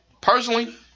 personally